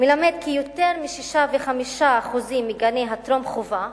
מלמד כי יותר מ-65% מגני הטרום-חובה,